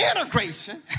integration